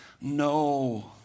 no